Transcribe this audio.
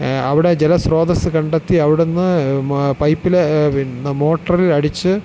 അവിടെ ജല സ്രോതസ് കണ്ടെത്തി അവിടെ നിന്ന് പൈപ്പിൽ മോട്ടറിൽ അടിച്ചു